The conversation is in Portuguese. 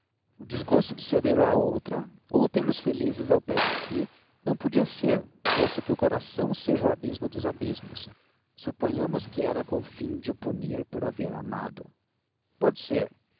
o desgosto de cedê lo a outra ou tê los felizes ao pé de si não podia ser posto que o coração seja o abismo dos abismos suponhamos que era com o fim de o punir por havê la amado pode ser